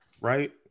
right